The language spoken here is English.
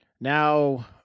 Now